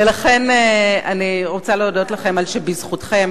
לכן אני רוצה להודות לכם על שבזכותכם,